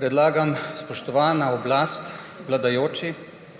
Predlagam, spoštovana oblast, vladajoči,